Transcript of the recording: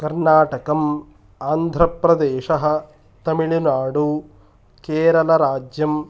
कर्णाटकम् आन्ध्रप्रदेशः तमिल्नाडु केरलराज्यम्